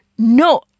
No